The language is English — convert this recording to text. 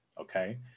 okay